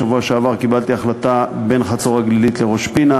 בשבוע שעבר קיבלתי החלטה על חצור-הגלילית וראש-פינה,